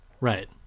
Right